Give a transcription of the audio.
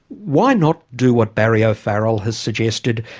why not do what barry o'farrell has suggested,